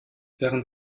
während